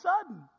sudden